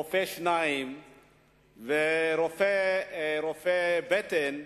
רופא שיניים ורופא בטן,